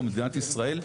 או מדינת ישראל,